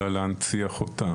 אלא להנציח אותה